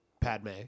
Padme